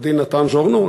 עורך-דין נתן ז'ורנו,